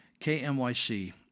KMYC